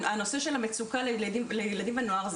הנושא של המצוקה לילדים ונוער,